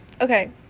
Okay